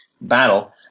battle